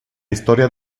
historia